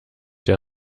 der